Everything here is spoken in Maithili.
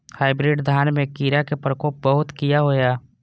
हाईब्रीड धान में कीरा के प्रकोप बहुत किया होया?